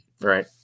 Right